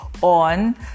on